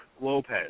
Lopez